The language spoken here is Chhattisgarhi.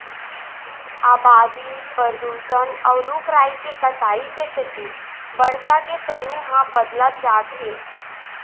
अबादी, परदूसन, अउ रूख राई के कटाई के सेती बरसा के समे ह बदलत जात हे